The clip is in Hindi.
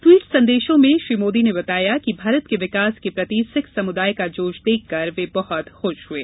ट्वीट संदेशों में श्री मोदी ने बताया कि भारत के विकास के प्रति सिख समुदाय का जोश देखकर वे बहत खुश हए